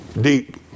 Deep